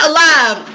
Alive